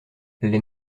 les